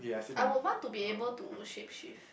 I would want to be able to shape shift